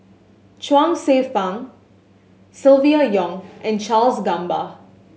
Chuang Hsueh Fang Silvia Yong and Charles Gamba